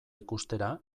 ikustera